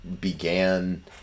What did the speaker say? began